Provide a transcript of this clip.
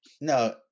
No